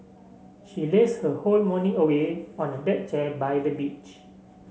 she lazed her whole morning away on a deck chair by the beach